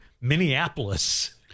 Minneapolis